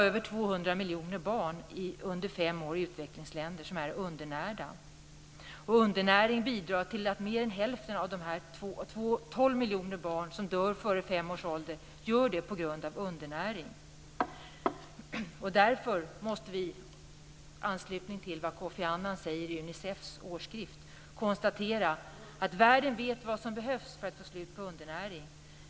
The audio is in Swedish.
Över 200 miljoner barn under fem år i utvecklingsländer är i dag undernärda. Undernäring bidrar till att mer än hälften av de 12 miljoner barn som dör före fem års ålder gör det på grund av undernäring. Därför måste vi i anslutning till det Kofi Annan säger i Unicef:s årsskrift konstatera att "Världen vet vad som behövs för att få slut på undernäring.